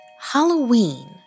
Halloween